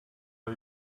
are